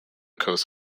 coast